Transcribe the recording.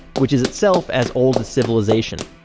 which is itself as old as civilization.